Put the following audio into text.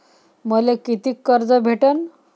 मले कितीक कर्ज भेटन?